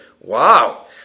Wow